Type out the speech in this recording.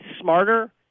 smarter